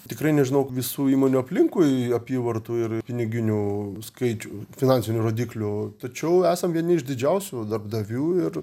tikrai nežinau visų įmonių aplinkui apyvartų ir piniginių skaičių finansinių rodiklių tačiau esam vieni iš didžiausių darbdavių ir